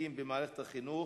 להישגים במערכת החינוך